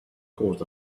caused